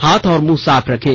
हाथ और मुंह साफ रखें